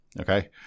Okay